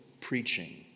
preaching